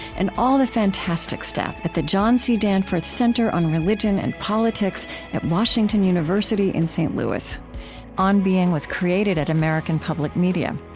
and all the fantastic staff at the john c. danforth center on religion and politics at washington university in st. louis on being was created at american public media.